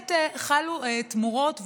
חלו תמורות,